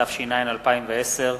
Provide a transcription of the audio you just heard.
התש"ע 2010,